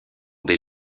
des